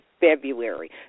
February